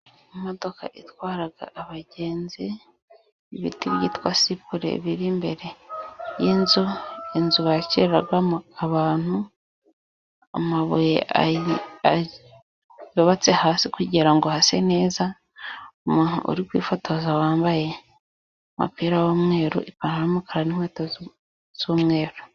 Imodoka itwara abagenzi, ibiti byitwa sipule biri imbere y'inzu, inzu bakiriramo abantu, amabuye yubatse hasi kugirango hase neza, umuntu uri kwifotoza wambaye umupira w'umweru, ipantaro y'umukara n'inkweto z'umweru.